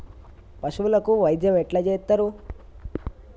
పశువులకు వైద్యం ఎట్లా చేత్తరు?